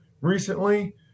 recently